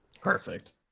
perfect